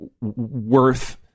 worth